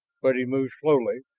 but he moved slowly,